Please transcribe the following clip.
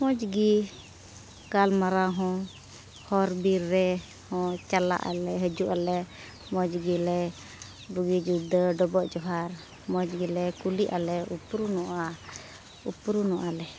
ᱢᱚᱡᱽ ᱜᱮ ᱜᱟᱞᱢᱟᱨᱟᱣ ᱦᱚᱸ ᱦᱚᱨ ᱵᱤᱨ ᱨᱮ ᱦᱚᱸ ᱪᱟᱞᱟᱜ ᱟᱞᱮ ᱦᱤᱡᱩᱜ ᱟᱞᱮ ᱢᱚᱡᱽ ᱜᱮᱞᱮ ᱵᱩᱜᱤ ᱡᱩᱫᱟᱹ ᱰᱚᱵᱚᱜ ᱡᱚᱦᱟᱨ ᱢᱚᱡᱽ ᱜᱮᱞᱮ ᱠᱩᱞᱤᱜ ᱟᱞᱮ ᱩᱯᱨᱩᱢᱚᱜᱼᱟ ᱩᱯᱨᱩᱢᱚᱜᱼᱟ ᱞᱮ